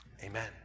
Amen